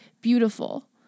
beautiful